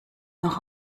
noch